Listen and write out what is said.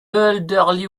elderly